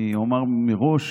אני רגוע.